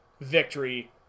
victory